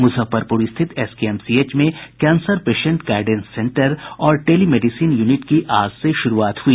मुजफ्फरपुर स्थित एसकेएमसीएच में cancer patient guidance centre और टेली मेडिसीन यूनिट की आज से शुरूआत हुई